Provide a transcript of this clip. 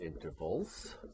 intervals